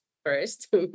first